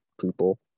people